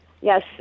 Yes